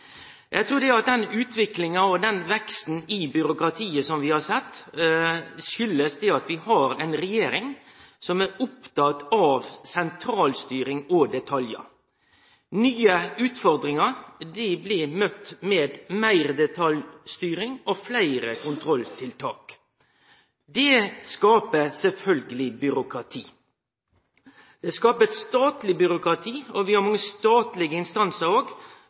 Eg trur at utviklinga og veksten i byråkratiet som vi har sett, kjem av at vi har ei regjering som er oppteken av sentralstyring og detaljar. Nye utfordringar blir møtte med meir detaljstyring og fleire kontrolltiltak. Det skapar sjølvsagt byråkrati, det skapar eit statleg byråkrati. Vi har òg mange statlege instansar